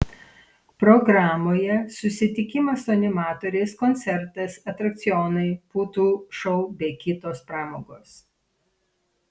programoje susitikimas su animatoriais koncertas atrakcionai putų šou bei kitos pramogos